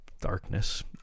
darkness